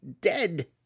Dead